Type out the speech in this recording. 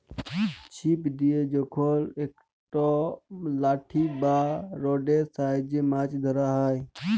ছিপ দিয়ে যখল একট লাঠি বা রডের সাহায্যে মাছ ধ্যরা হ্যয়